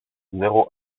zéro